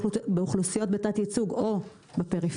באוכלוסיות בתת ייצוג או בפריפריה,